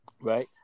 Right